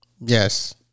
Yes